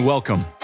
Welcome